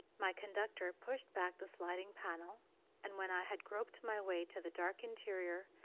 my conductor pushed back the sliding-panel, and when i had groped my way to the dark interior,